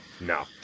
No